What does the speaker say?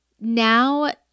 now